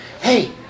hey